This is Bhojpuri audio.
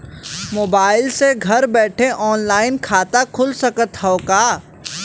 मोबाइल से घर बैठे ऑनलाइन खाता खुल सकत हव का?